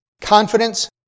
Confidence